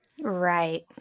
Right